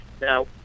Now